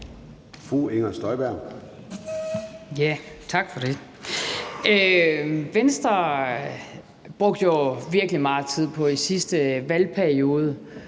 Inger Støjberg (DD): Tak for det. Venstre brugte jo virkelig meget tid i sidste valgperiode